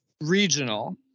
Regional